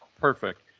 Perfect